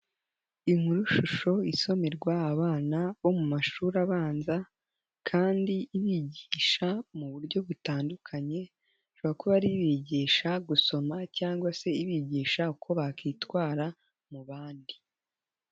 Inkurushusho isomerwa abana bo mu mashuri abanza kandi ibigisha mu buryo butandukanye, ishobora kuba ari ibigisha gusoma cyangwa se ibigisha uko bakitwara mu bandi.